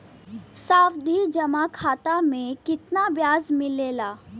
सावधि जमा खाता मे कितना ब्याज मिले ला?